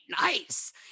nice